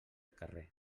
carrer